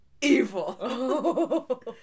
evil